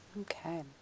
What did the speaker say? Okay